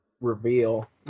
reveal